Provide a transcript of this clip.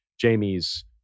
Jamie's